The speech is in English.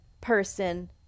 person